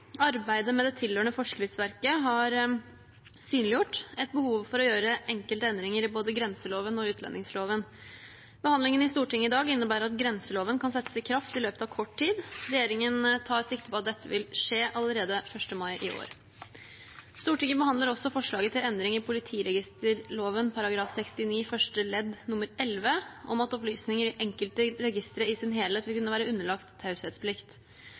Arbeidet med det tilhørende forskriftsverket har synliggjort et behov for å gjøre enkelte endringer i både grenseloven og utlendingsloven. Behandlingen i Stortinget i dag innebærer at grenseloven kan settes i kraft i løpet av kort tid. Regjeringen tar sikte på at dette vil skje allerede 1. mai i år. Stortinget behandler også forslaget til endring i politiregisterloven § 69 første ledd nr. 11, om at opplysninger i enkelte registre i sin helhet vil kunne være underlagt taushetsplikt.